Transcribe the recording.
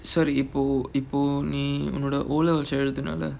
sorry இப்போ இப்போ நீ உன்னோட:ippo ippo nee unnoda O levels எழுதுனல:eluthunaala